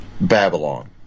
Babylon